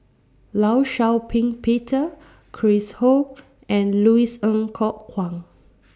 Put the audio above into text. law Shau Ping Peter Chris Ho and Louis Ng Kok Kwang